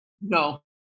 No